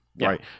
right